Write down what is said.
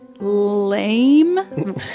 lame